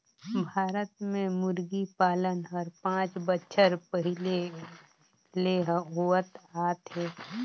भारत में मुरगी पालन हर पांच बच्छर पहिले ले होवत आत हे